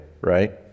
right